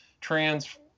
trans